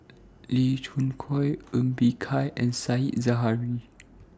Lee Khoon Choy Ng Bee Kia and Said Zahari